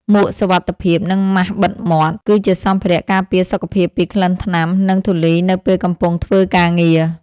មួកសុវត្ថិភាព និងម៉ាសបិទមាត់ គឺជាសម្ភារៈការពារសុខភាពពីក្លិនថ្នាំ និងធូលីនៅពេលកំពុងធ្វើការងារ។